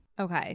Okay